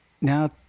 now